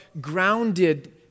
grounded